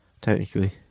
technically